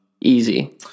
Easy